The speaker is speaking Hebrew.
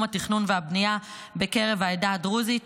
התכנון והבנייה בקרב העדה הדרוזית.